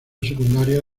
secundaria